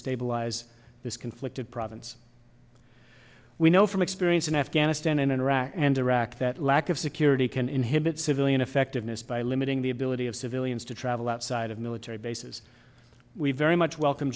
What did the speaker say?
stabilize this conflict and province we know from experience in afghanistan and iraq and iraq that lack of security can inhibit civilian effectiveness by limiting the ability of civilians to travel outside of military bases we very much welcome